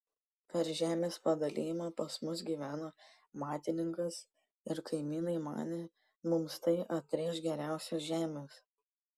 per žemės padalijimą pas mus gyveno matininkas ir kaimynai manė mums tai atrėš geriausios žemės